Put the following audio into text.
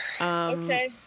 Okay